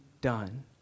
done